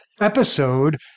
episode